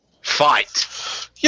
fight